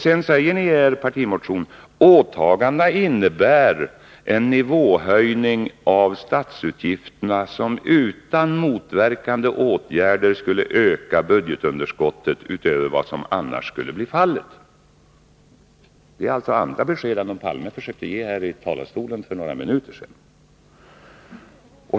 Sedan säger ni i er partimotion att åtagandena innebär en nivåhöjning av statsutgifterna som utan motverkande åtgärder skulle öka budgetunderskottet utöver vad som annars skulle bli fallet. Det är alltså andra besked än de Olof Palme försökte ge härifrån talarstolen för några minuter sedan.